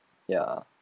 ya